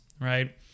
Right